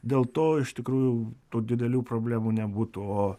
dėl to iš tikrųjų tų didelių problemų nebūtų o